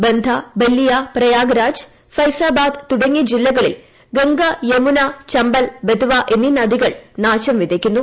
ബന്ദ ബല്ലിയ പ്രയാഗ്രാജ് ഫൈസാബാദ് തുടങ്ങിയ ജില്ലകളിൽ ഗംഗ യമുന ചമ്പൽ ബെത്വ എന്നീ നദികൾ നാശം വിതയ്ക്കുന്നു